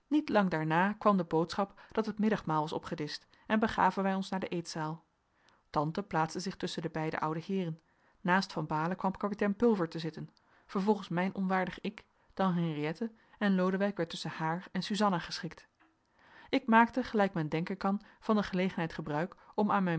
niet lang daarna kwam de boodschap dat het middagmaal was opgedischt en begaven wij ons naar de eetzaal tante plaatste zich tusschen de beide oude heeren naast van baalen kwam kapitein pulver te zitten vervolgens mijn onwaardig ik dan henriëtte en lodewijk werd tusschen haar en suzanna geschikt ik maakte gelijk men denken kan van de gelegenheid gebruik om aan mijn